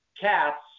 Cats